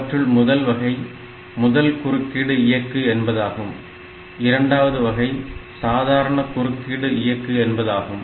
அவற்றுள் முதல் வகை முதல் குறுக்கீடு இயக்கு என்பதாகும் இரண்டாவது வகை சாதாரண குறுக்கீடு இயக்கு என்பதாகும்